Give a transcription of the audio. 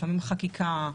לפעמים חקיקה,